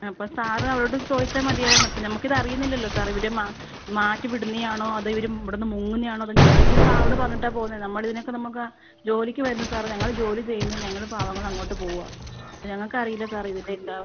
അപ്പോൾ സാർ അവരോട് ചോദിച്ചാൽ മതിയായിരുന്നു അപ്പം നമുക്ക് ഇത് അറിയുന്നില്ലല്ലോ സാറേ ഇവർ മാ മാറ്റി വിടുന്നതാണോ അതോ ഇവർ ഇവിടുന്ന് മുങ്ങുന്നതാണോ നമ്മൽ വിചാരിക്കും സാറിനോട് പറഞ്ഞിട്ടാണ് പോവുന്നത് നമ്മൾ ഇതിനൊക്കെ നമുക്ക് ജോലിക്ക് വരുന്ന സാറേ ഞങ്ങൾ ജോലി ചെയ്യുന്നു ഞങ്ങൾ പാവങ്ങൾ അങ്ങോട്ട് പോവുവാണ് ഞങ്ങൾക്ക് അറിയില്ല സാറേ ഇതിൻ്റെ എന്താണ്